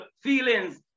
feelings